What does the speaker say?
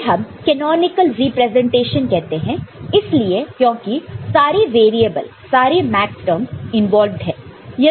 इसे हम canonical representation कहते हैं इसलिए क्योंकि सारे वेरिएबल सारे मैक्सटर्म्स इंवाल्वड है